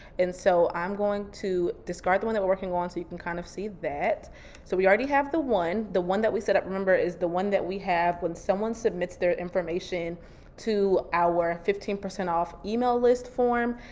and so i'm going to discard the one that we're working on so you can kind of see that. so we already have the one, the one that we set up remember is the one that we have when someone submits their information to our fifteen percent off email list form,